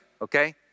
okay